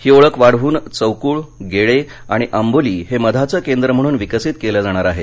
ही ओळख वाढवून चौकूळ गेळे आणि आंबोली हे मधाचं केंद्र म्हणून विकसित केलं जाणार आहे